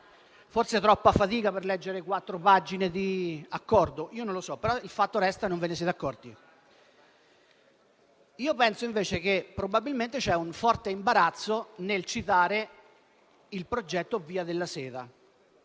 Forse troppa fatica per leggere quattro pagine di accordo. Non lo so; però resta il fatto che non ve ne siete accorti. Io penso invece che probabilmente voi abbiate un forte imbarazzo nel citare il progetto via della seta,